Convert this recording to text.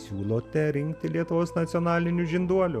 siūlote rinkti lietuvos nacionaliniu žinduoliu